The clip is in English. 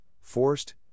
forced